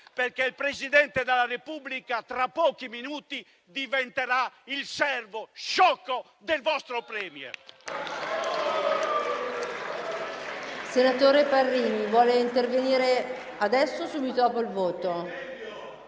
perché il Presidente della Repubblica tra pochi minuti diventerà il servo sciocco del vostro *Premier*!